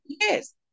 Yes